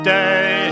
day